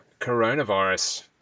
coronavirus